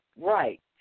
right